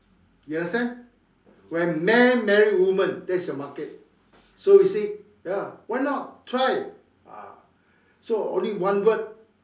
you understand when man married woman that is your market so he said ya why not try ah so only one word